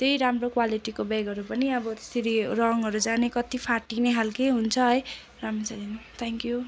त्यही राम्रो क्वालिटीको ब्यागहरू पनि अब त्यसरी रङहरू जाने कत्ति फाटिने खालके हुन्छ है राम्रोसँग हेर्नु थ्याङ्क्यु